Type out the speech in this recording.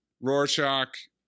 Rorschach